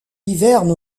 hiverne